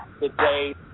Today